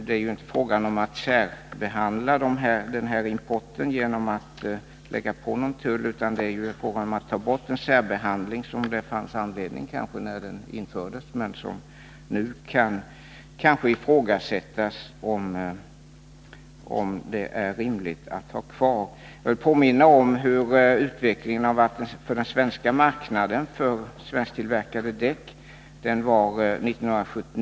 Det är inte fråga om att särbehandla denna import genom att tullbelägga den utan i stället att ta bort en särbehandling som kanske var motiverad när den infördes, men som man nu kan ifrågasätta om det är rimligt att ha kvar. Jag vill påminna om hur utvecklingen har varit när det gäller marknaden för svensktillverkade dä —- siffrorna gäller de första fem månaderna resp. år.